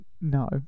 no